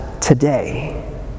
today